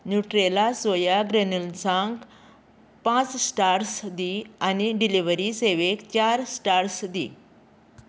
Nutrela soya ग्रॅन्युल्सांक पांच stars दी आनी डिलिव्हरी सेवेक चार स्टार्स दी